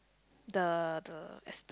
the the Espla~